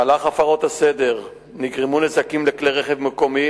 במהלך הפרות הסדר נגרמו נזקים לכלי-רכב מקומיים,